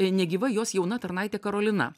negyva jos jauna tarnaitė karolina